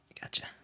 Gotcha